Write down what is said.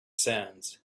sands